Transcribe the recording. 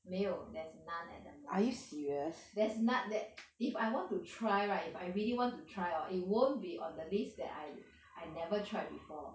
没有 there's none at the moment there's none at if I want to try right if I really want to try right hor it won't be on the list that I I never try before